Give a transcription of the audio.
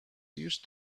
used